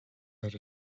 that